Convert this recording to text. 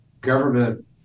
government